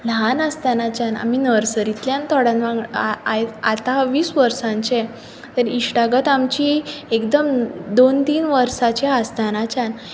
ल्हान आसतनाच्यान आमी नर्सरींतल्यान थोडयां वांगडा आतां हांव वीस वर्सांचें तर इश्टागत आमची एकदम दोन तीन वर्सांचीं आसतनाच्यान